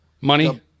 Money